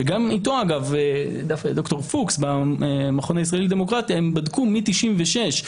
שגם אתו במכון הישראלי לדמוקרטיה בדקו מ-96',